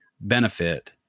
benefit